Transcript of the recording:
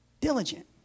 diligent